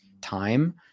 time